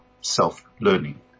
self-learning